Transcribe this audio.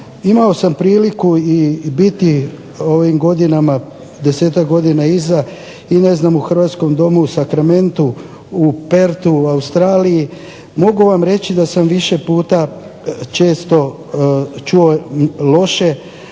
imao sam priliku i biti u ovim godinama, desetak godina iza, i u hrvatskom domu u Sacramentu, u Pertu u Australiji. Mogu vam reći da sam više puta često čuo loše